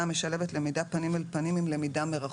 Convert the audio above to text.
המשלבת למידה פנים אל פנים עם למידה מרחוק.